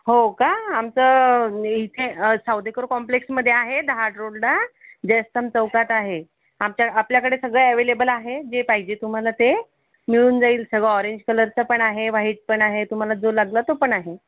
हो का आमचं अं इथे अं सावदेकर कॉम्प्लेक्समधे आहे दहाड रोडला जयसन चौकात आहे आमच्या आपल्याकडे सगळं अवेलेबल आहे जे पाहिजे तुम्हाला ते मिळून जाईल सर्व ऑरेंज कलरचं पण आहे व्हाईटपण आहे तुम्हाला जो लागला तो पण आहे